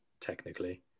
technically